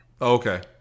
Okay